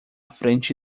frente